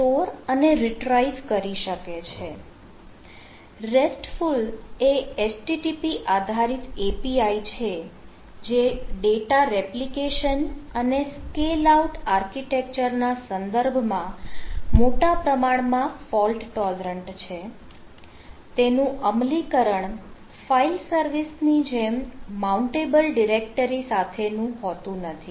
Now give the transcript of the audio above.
RESTFul એ http આધારિત api છે જે ડેટા રેપ્લિકેશન આર્કિટેક્ચર છે તે સાદુ ફાઈલ સર્વર નથી